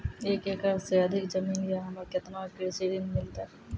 एक एकरऽ से अधिक जमीन या हमरा केतना कृषि ऋण मिलते?